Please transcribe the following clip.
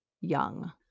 young